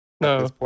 No